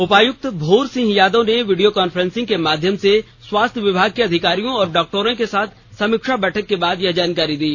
उपायुक्त भोर सिंह यादव ने video conferencing के माध्यम से स्वास्थ्य विभाग के अधिकारियों और डॉक्टरों के साथ समीक्षा बैठक के बाद यह जानकारी दी